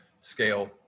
scale